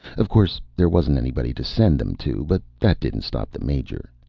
of course there wasn't anybody to send them to, but that didn't stop the major.